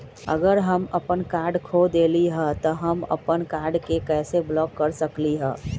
अगर हम अपन कार्ड खो देली ह त हम अपन कार्ड के कैसे ब्लॉक कर सकली ह?